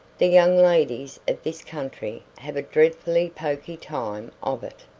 the young ladies of this country have a dreadfully poky time of it,